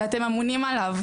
שאנחנו אמונים עליו.